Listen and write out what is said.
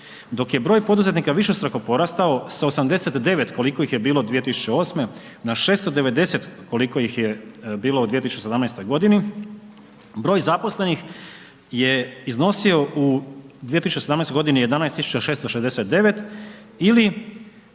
dok je broj poduzetnika višestruko porastao, sa 89 koliko ih je bilo 2008. na 680 koliko ih je bilo u 2017. g. Broj zaposlenih je iznosio u 2017. g. 11669 ili